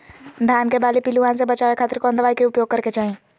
धान के बाली पिल्लूआन से बचावे खातिर कौन दवाई के उपयोग करे के चाही?